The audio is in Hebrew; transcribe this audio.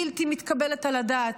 בלתי מתקבלת על הדעת,